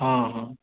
ହଁ ହଁ